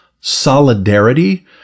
solidarity